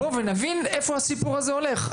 ונבין לאיפה הסיפור הזה הולך.